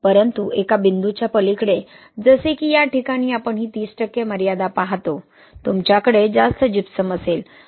परंतु एका बिंदूच्या पलीकडे जसे की या ठिकाणी आपण ही 30 टक्के मर्यादा पाहतो तुमच्याकडे जास्त जिप्सम असेल